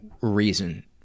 reason